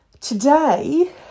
Today